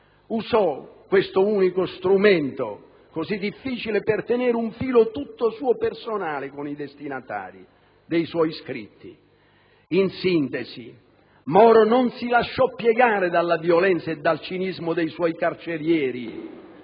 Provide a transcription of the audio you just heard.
Usò questo unico strumento, così difficile, per tenere un filo tutto suo personale con i destinatari dei suoi scritti. In sintesi, Moro non si lasciò piegare dalla violenza e dal cinismo dei suoi carcerieri